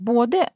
Både